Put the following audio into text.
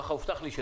ככה הובטח לי,